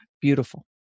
Beautiful